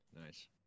nice